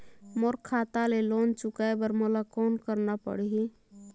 मोर खाता ले लोन चुकाय बर मोला कौन करना पड़ही?